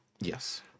Yes